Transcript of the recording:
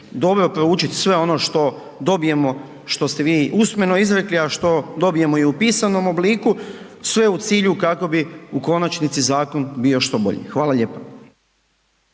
dobro proučit sve ono što dobijemo, što ste vi usmeno izrekli a što dobijemo i u pisanom obliku, sve u cilju kako bi u konačnici zakon bio što bolji. Hvala lijepa.